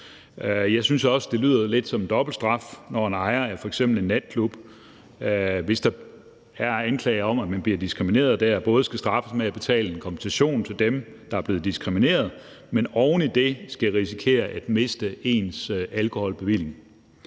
Jeg synes også, at det lidt lyder som en dobbeltstraf, hvis en ejer af f.eks. en natklub – hvis der er anklager om diskrimination – både skal straffes ved at betale en kompensation til dem, der er blevet diskrimineret, og oven i det kan risikere at miste alkoholbevillingen.